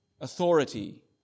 authority